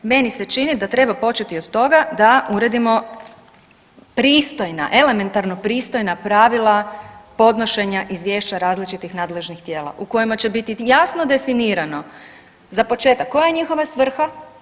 Meni se čini da treba početi od toga da uredimo pristojna, elementarno pristojna pravila podnošenja izvješća različitih nadležnih tijela u kojima će biti jasno definirano za početak koja je njihova svrha.